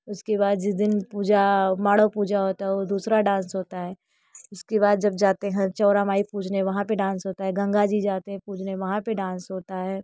उसके बाद जिस दिन पूजा माणों पूजा होता है वो दूसरा डांस होता है उसके बाद जब जाते है चौड़ामाई पूजने वहाँ पे डांस होता है गंगा जी जाते हैं पूजने वहाँ पे डांस होता है